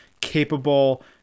capable